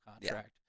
contract